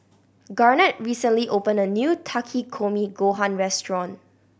Garnett recently opened a new Takikomi Gohan Restaurant